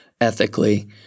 ethically